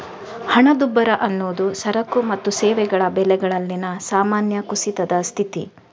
ಹಣದುಬ್ಬರ ಅನ್ನುದು ಸರಕು ಮತ್ತು ಸೇವೆಗಳ ಬೆಲೆಗಳಲ್ಲಿನ ಸಾಮಾನ್ಯ ಕುಸಿತದ ಸ್ಥಿತಿ